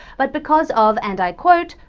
but because of, and i quote,